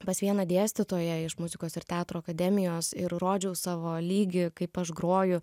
pas vieną dėstytoją iš muzikos ir teatro akademijos ir rodžiau savo lygį kaip aš groju